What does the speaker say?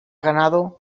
ganado